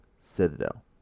Citadel